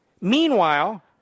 Meanwhile